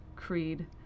creed